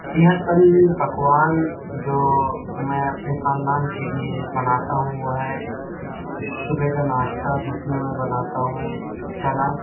صحت مند پکوان جو میں اپنے خاندان کے لیے بناتا ہوں وہ ہے صبح کا ناشتہ جس میں میں بناتا ہوں چنا